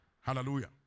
hallelujah